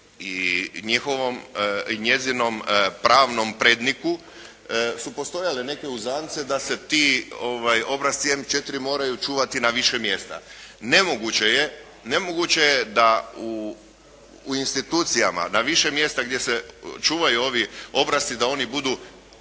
i njezinom pravnom predniku su postojale neke uzance da se ti obrasci M4 moraju čuvati na više mjesta. Nemoguće je da u institucijama na više mjesta gdje se čuvaju ovi obrasci da oni budu